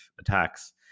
attacks